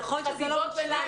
נכון שזה לא מושלם,